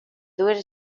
dues